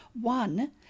One